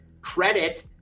credit